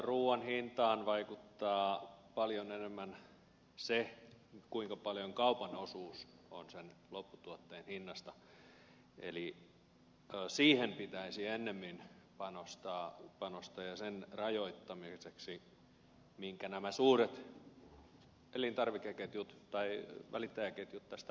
ruuan hintaan vaikuttaa paljon enemmän se kuinka paljon kaupan osuus on sen lopputuotteen hinnasta eli siihen pitäisi ennemmin panostaa sen rajoittamiseen minkä nämä suuret elintarvikeketjut tai välittäjäketjut tästä välistä nappaavat